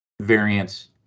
variants